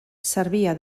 servia